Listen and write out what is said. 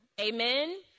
Amen